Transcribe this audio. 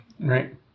right